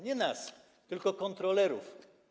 Nie nas, tylko kontrolerów.